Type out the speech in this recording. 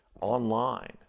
online